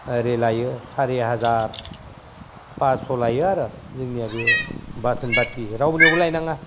ओरै लायो सारि हाजार फस्स' लायो आरो जोंनिया बे बासोन बाथि रावनियावबो लायनाङा